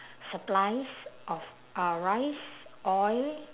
supplies of uh rice oil